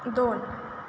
दोन